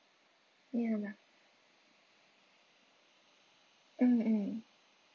ya lah mm mm